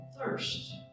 thirst